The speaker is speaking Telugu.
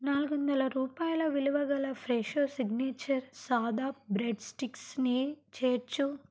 నాలుగువందల రూపాయల విలువ గల ఫ్రెషో సిగ్నేచర్ సాదా బ్రెడ్ స్టిక్స్ని చేర్చు